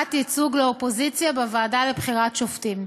חובת ייצוג לאופוזיציה בוועדה לבחירת שופטים.